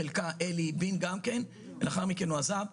ושבחלקה השתתף גם עלי בינג ולאחר מכן הוא עזב.